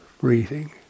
breathing